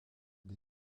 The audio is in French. des